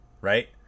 right